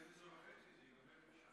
תודה רבה.